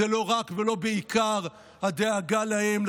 זה לא רק ולא בעיקר הדאגה להם,